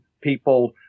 people